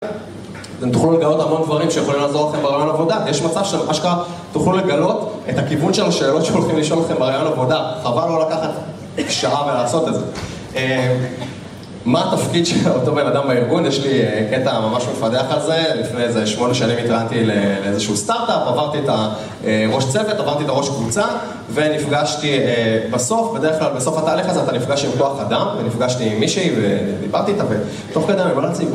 אתם תוכלו לגלות המון דברים שיכולים לעזור לכם בראיון עבודה יש מצב שאתם ממש ככה תוכלו לגלות את הכיוון של השאלות שהולכים לשאול לכם בראיון עבודה חבל לא לקחת x שעה ולעשות את זה מה התפקיד של אותו בן אדם בארגון? יש לי קטע ממש מפדח על זה לפני איזה 8 שנים התרענתי לאיזשהו סטארט-אפ עברתי את ראש צוות, עברתי את הראש קבוצה ונפגשתי בסוף, בדרך כלל בסוף התהליך הזה אתה נפגש עם כוח אדם ונפגשתי עם מישהי ודיברתי איתה ותוך כדי